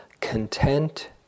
content